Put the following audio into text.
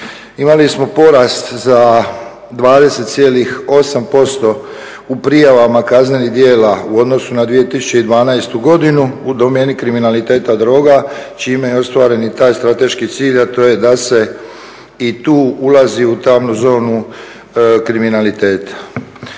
Imali smo porast za 20,8% u prijavama kaznenih djela u odnosu na 2012. godinu u domeni kriminaliteta droga čime je ostvaren i taj strateški cilj, a to je da se i tu ulazi u tamnu zonu kriminaliteta.